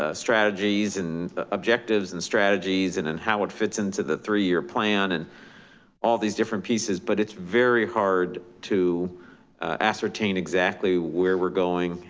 ah strategies and objectives and strategies and and how it fits into the three year plan and all these different pieces. but it's very hard to ascertain exactly where we're going,